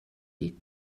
gick